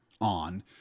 on